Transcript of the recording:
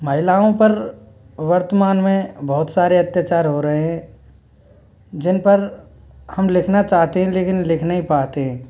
महिलाओं पर वर्तमान में बहुत सारे अत्याचार हो रहे हैं जिन पर हम लिखना चाहते हैं लेकिन लिख नहीं पाते